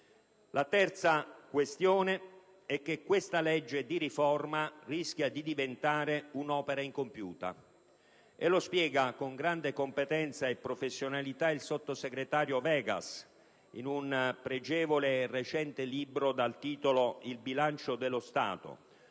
La terza questione è che questa legge di riforma rischia di diventare un'opera incompiuta, e lo spiega con grande competenza e professionalità il sottosegretario Vegas in un pregevole e recente libro dal titolo "Il bilancio dello Stato",